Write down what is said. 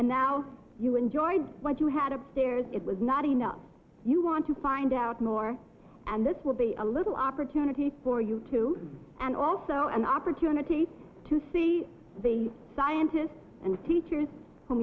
and now you enjoyed what you had upstairs it was not enough you want to find out more and this will be a little opportunity for you too and also an opportunity to see the scientists and teachers